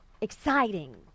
exciting